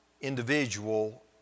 individual